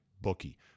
bookie